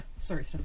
Sorry